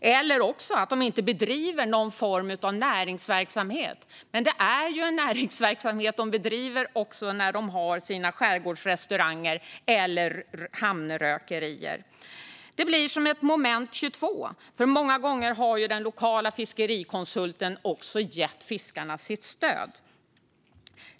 eller att de inte bedriver någon form av näringsverksamhet. Men det är ju näringsverksamhet de bedriver också när de har skärgårdsrestauranger eller hamnrökerier. Det blir som ett moment 22, för många gånger har den lokala fiskerikonsulten gett fiskarna sitt stöd.